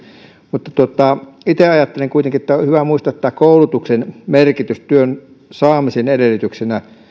mutta itse kuitenkin ajattelen että on hyvä muistaa koulutuksen merkitys työn saamisen edellytyksenä